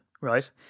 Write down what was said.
right